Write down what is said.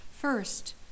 First